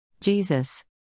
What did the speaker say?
Jesus